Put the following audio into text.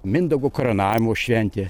mindaugo karūnavimo šventė